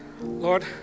Lord